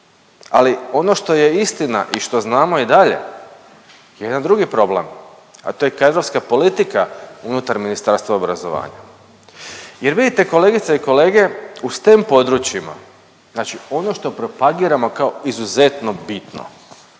Ali ono što je istina i što znamo i dalje je jedan drugi problem, a to je kadrovska politika unutar Ministarstva obrazovanja jer vidite kolegice i kolege u STEM područjima znači ono što propagiramo kao izuzetno bitno